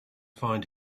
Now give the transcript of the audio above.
find